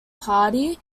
party